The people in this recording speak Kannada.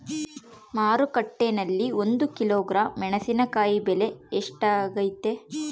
ಮಾರುಕಟ್ಟೆನಲ್ಲಿ ಒಂದು ಕಿಲೋಗ್ರಾಂ ಮೆಣಸಿನಕಾಯಿ ಬೆಲೆ ಎಷ್ಟಾಗೈತೆ?